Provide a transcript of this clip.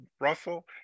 Russell